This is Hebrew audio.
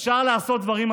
אפשר לעשות דברים מדהימים,